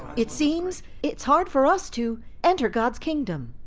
it seems it's hard for us to enter god's kingdom.